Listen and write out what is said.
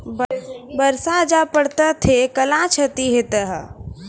बरसा जा पढ़ते थे कला क्षति हेतै है?